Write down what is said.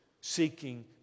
seeking